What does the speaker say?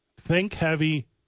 think-heavy